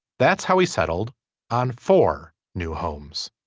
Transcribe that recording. that's how he settled on four new homes.